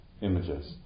images